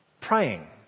praying